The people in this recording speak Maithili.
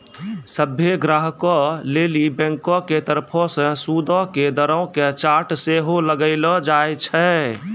सभ्भे ग्राहको लेली बैंको के तरफो से सूदो के दरो के चार्ट सेहो लगैलो जाय छै